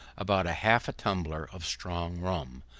about half a tumbler of strong rum,